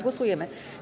Głosujemy.